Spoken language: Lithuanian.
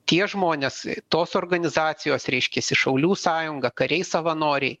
tie žmonės tos organizacijos reiškiasi šaulių sąjunga kariai savanoriai